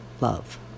love